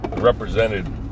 represented